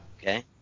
Okay